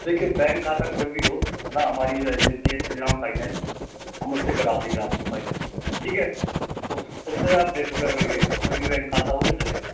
देखिए बैंक खाता कोई भी हो है ना हमारी जो एजेंसी श्रीराम फाइनेंस हम उससे करवा देंगे फाइनेंस ठीक है उससे आप बेफिक्र रहिए कोई भी बैंक खाता होगा चलेगा